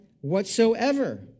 whatsoever